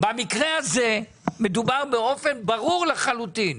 במקרה הזה מדובר באופן ברור לחלוטין.